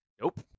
Nope